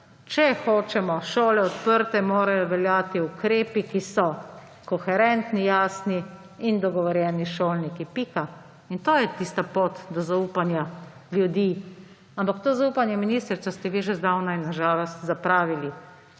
Če hočemo šole odprte, morajo veljati ukrepi, ki so koherentni, jasni in dogovorjeni s šolniki. Pika. In to je tista pot do zaupanja ljudi, ampak to zaupanje, ministrica, ste vi že zdavnaj, na žalost, zapravili